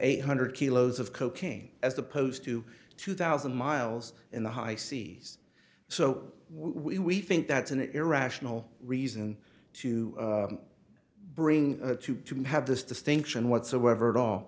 eight hundred kilos of cocaine as opposed to two thousand miles in the high seas so we think that's an irrational reason to bring to have this distinction whatsoever at